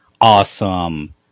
awesome